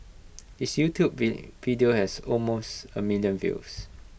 his YouTube video has almost A million views